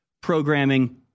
programming